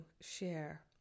share